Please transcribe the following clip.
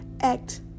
act